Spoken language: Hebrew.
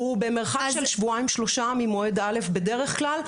הוא במרחק של שבועיים-שלושה ממועד א' בדרך כלל.